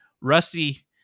Rusty